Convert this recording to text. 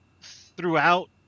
throughout